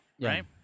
Right